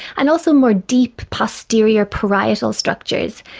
and also more deep posterior parietal structures.